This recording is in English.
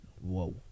Whoa